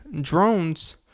drones